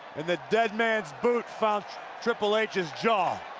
and the deadman's boot found triple h's jaw.